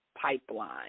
pipeline